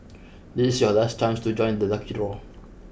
this is your last chance to join the lucky draw